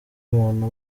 umuntu